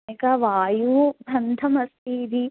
एकः वायुबन्धः अस्ति इति